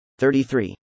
33